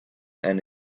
and